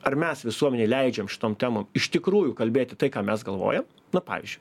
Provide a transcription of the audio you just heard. ar mes visuomenei leidžiam šitom temom iš tikrųjų kalbėti tai ką mes galvojam na pavyzdžiui